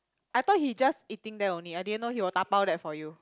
I thought he just eating there only I didn't know he will dabao that for you